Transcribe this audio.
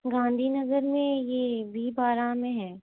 गाँधीनगर में ये बी बारह में है